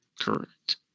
Correct